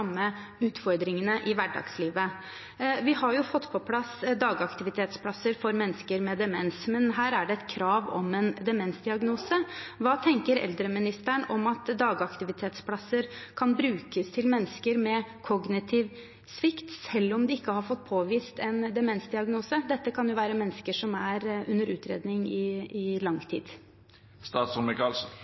utfordringene i hverdagslivet. Vi har fått på plass dagaktivitetsplasser for mennesker med demens, men her er det krav om en demensdiagnose. Hva tenker eldreministeren om at dagaktivitetsplasser kan brukes av mennesker med kognitiv svikt, selv om de ikke har fått påvist en demensdiagnose? Dette kan jo være mennesker som er under utredning i lang